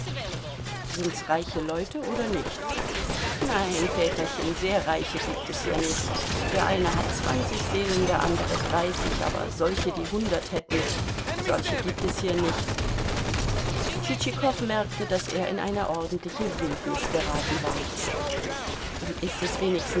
sind's reiche leute oder nicht nein väterchen sehr reiche gibt es hier nicht der eine hat zwanzig seelen der andere dreißig aber solche die hundert hätten solche gibt es hier nicht tschitschikow merkte daß er in eine ordentliche wildnis geraten war ist es wenigstens